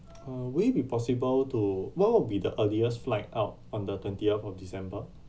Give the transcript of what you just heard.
uh will it be possible to what what will be the earliest flight out on the twentieth of december